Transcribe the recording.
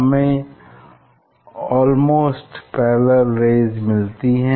हमें almost parallel rays मिलती हैं